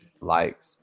likes